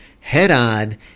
head-on